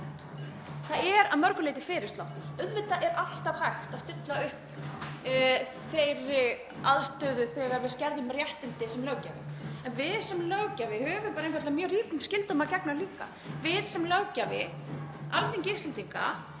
er að mörgu leyti fyrirsláttur. Auðvitað er alltaf hægt að stilla upp þeirri stöðu þegar við skerðum réttindi sem löggjafi, en við sem löggjafi höfum einfaldlega mjög ríkum skyldum að gegna líka. Við sem löggjafi, Alþingi Íslendinga,